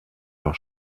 dans